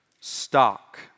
stock